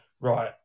Right